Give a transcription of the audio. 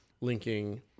linking